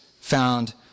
found